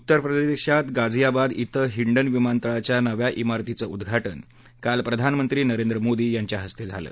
उत्तरप्रेशात गाझीयाबाद ॐ हिंडन विमानतळाच्या नव्या ग्रीरतीचं उद्वाटन काल प्रधानमंत्री नरेंद्र मोदी यांच्या हस्ते झालं